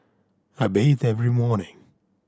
I bathe every morning